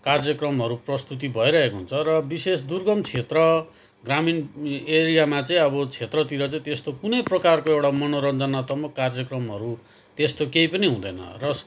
कार्यक्रमहरू प्रस्तुति भइरहेको हुन्छ र विशेष दुर्गम क्षेत्र ग्रामीण एरियामा चाहिँ अब क्षेत्रतिर चाहिँ त्यस्तो कुनै प्रकारको एउटा मनोरञ्जनात्मक कार्यक्रमहरू त्यस्तो केही पनि हुँदैन र